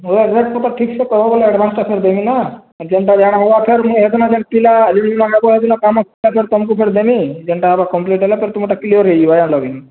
ବୋଲେ ରେଟ୍ ପତର ଠିକ୍ସେ କହିବ ବୋଲେ ଆଡ଼ଭାନ୍ସଟା ଫେର୍ ଦେମି ନା ଯେନ୍ତା ରେଟ୍ ହବ ଫେର୍ ମୁଁ ହେଦିନ ଯେନ୍ ପିଲା ତମକୁ ଫେର୍ ଦେମି ଯେନ୍ତା ଆର କମ୍ପ୍ଲିଟ୍ ହେଲେ ତ ତୁମର୍ଟା କ୍ଳିଅର୍ ହେଇଯିବା ଯାଇଁଲ କିନି